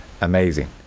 amazing